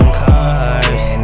cars